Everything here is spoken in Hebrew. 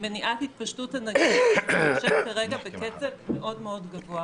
מניעת התפשטות הנגיף שמתפשט כרגע בקצב גבוה מאוד.